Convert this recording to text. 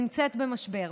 נמצאת במשבר.